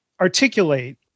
articulate